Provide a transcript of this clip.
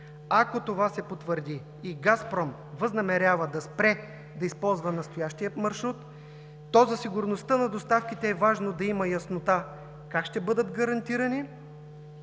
Ако това се потвърди и „Газпром“ възнамерява да спре да използва настоящия маршрут, то за сигурността на доставките е важно да има яснота как ще бъдат гарантирани